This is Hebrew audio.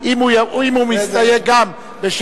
הוא מסיר את הסתייגותו.